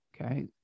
okay